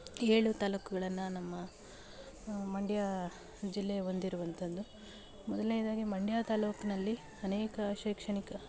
ಏಳು ತಾಲ್ಲೂಕುಗಳನ್ನು ನಮ್ಮ ಮಂಡ್ಯ ಜಿಲ್ಲೆ ಹೊಂದಿರುವಂಥದ್ದು ಮೊದಲನೇದಾಗಿ ಮಂಡ್ಯ ತಾಲ್ಲೂಕಿನಲ್ಲಿ ಅನೇಕ ಶೈಕ್ಷಣಿಕ